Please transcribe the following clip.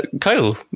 Kyle